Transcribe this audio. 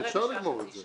כן, אפשר לגמור את זה.